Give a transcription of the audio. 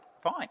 fine